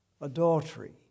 adultery